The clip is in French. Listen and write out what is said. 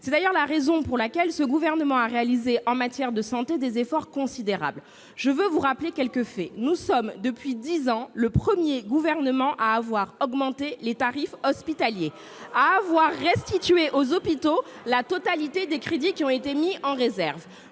C'est d'ailleurs la raison pour laquelle ce gouvernement a réalisé, en matière de santé, des efforts considérables. Je veux vous rappeler quelques faits. Depuis dix ans, nous sommes, le premier gouvernement à avoir augmenté les tarifs hospitaliers, à avoir restitué aux hôpitaux la totalité des crédits qui ont été mis en réserve.